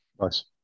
Nice